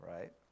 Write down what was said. Right